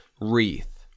wreath